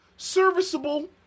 serviceable